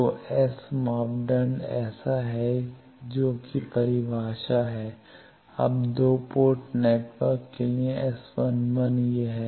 तो एस मापदंड ऐसा है जो कि परिभाषा है अब 2 पोर्ट नेटवर्क के लिए S 11 यह है